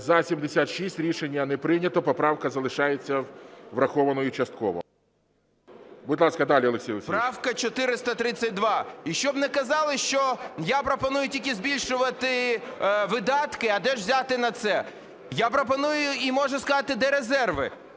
За-76 Рішення не прийнято. Поправка залишається врахованою частково. Будь ласка, далі, Олексій Олексійович. 10:07:56 ГОНЧАРЕНКО О.О. Правка 432. І щоб не казали, що я пропоную тільки збільшувати видатки, а де ж взяти на це. Я пропоную і можу сказати, де резерви.